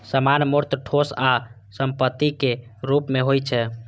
सामान मूर्त, ठोस आ संपत्तिक रूप मे होइ छै